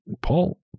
paul